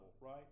right